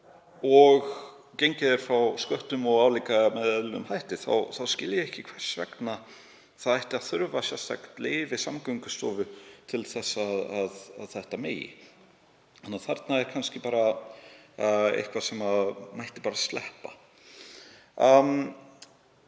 og gengið sé frá sköttum og álíka með eðlilegum hætti skil ég ekki hvers vegna það ætti að þurfa sérstakt leyfi Samgöngustofu til að þetta megi. Þarna er kannski eitthvað sem mætti bara sleppa.